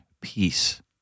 peace